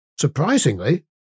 Surprisingly